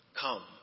Come